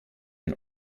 ein